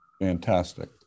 Fantastic